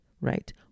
right